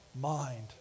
mind